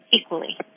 equally